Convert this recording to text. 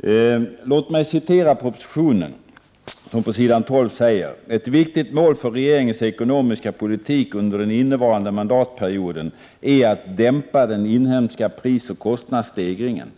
På s. 12 i propositionen står följande: ”Ett viktigt mål för regeringens ekonomiska politik under den innevarande mandatperioden är att dämpa den inhemska prisoch kostnadsstegringen.